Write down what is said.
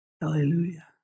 Hallelujah